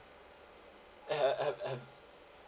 and uh and and